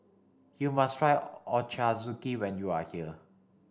you must try Ochazuke when you are here